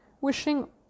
wishing